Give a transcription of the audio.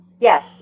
Yes